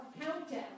countdown